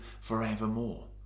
forevermore